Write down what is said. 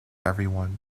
everyone